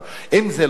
אם זה לא יתקבל,